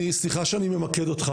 סליחה שאני ממקד אותך.